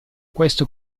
questo